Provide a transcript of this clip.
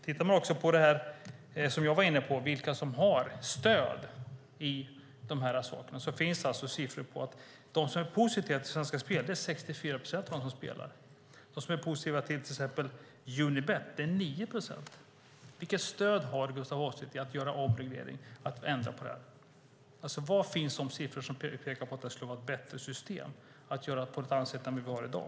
Tittar man på vilka som har stöd finns det siffror på att 64 procent av dem som spelar är positiva till Svenska Spel medan 9 procent är positiva till exempelvis Unibet. Vilket stöd har Gustaf Hoffstedt för att göra en avreglering, att ändra på det? Var finns de siffror som pekar på att det skulle vara ett bättre system att göra på ett annat sätt än det vi har i dag?